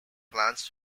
plans